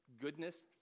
goodness